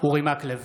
אורי מקלב,